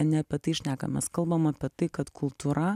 ne apie tai šnekam mes kalbam apie tai kad kultūra